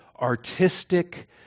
artistic